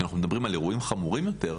כשאנחנו מדברים על אירועים חמורים יותר,